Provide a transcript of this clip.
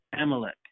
Amalek